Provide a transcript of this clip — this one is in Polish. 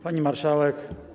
Pani Marszałek!